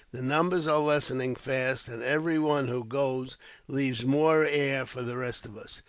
the numbers are lessening fast, and every one who goes leaves more air for the rest of us.